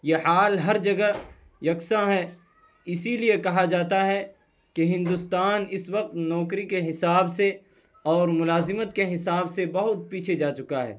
یہ حال ہر جگہ یکساں ہے اسی لیے کہا جاتا ہے کہ ہندوستان اس وقت نوکری کے حساب سے اور ملازمت کے حساب سے بہت پیچھے جا چکا ہے